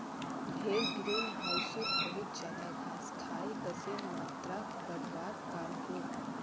भेड़ ग्रीन होउसोत बहुत ज्यादा घास खाए गसेर मात्राक बढ़वार काम क्रोह